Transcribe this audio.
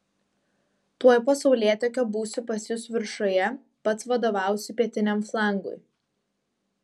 tuoj po saulėtekio būsiu pas jus viršuje pats vadovausiu pietiniam flangui